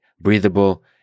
breathable